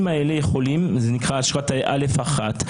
זה נקרא אשרת א/1.